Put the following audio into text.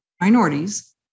minorities